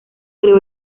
creó